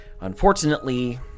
Unfortunately